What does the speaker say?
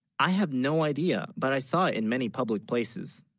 i have, no idea but i saw in many public places